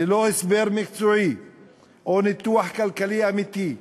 ללא הסבר מקצועי או ניתוח כלכלי אמיתי,